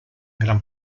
gran